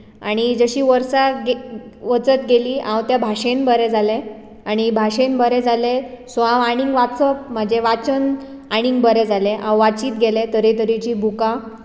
आनी जशीं वर्सां वचत गेलीं हांव त्या भाशेन बरें जाले आनी भाशेन बरें जाले सो हांव आनीक वाचप म्हाजे वाचन आनीक बरें जाले हांव वाचीत गेले तरेतरेची बुकां